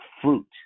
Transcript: fruit